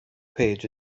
page